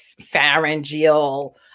pharyngeal